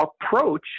approach